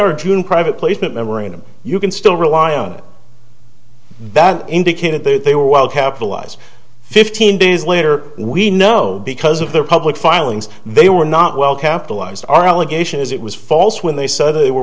our june private placement memorandum you can still rely on that indicated that they were well capitalized fifteen days later we know because of their public filings they were not well capitalized our allegation is it was false when they suddenly were